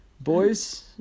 Boys